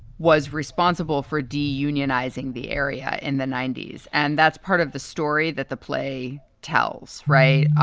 was responsible for d unionizing the area in the ninety s. and that's part of the story that the play tells. right.